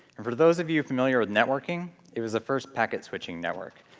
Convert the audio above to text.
and for those of you familiar with networking, it was a first packet-switching network,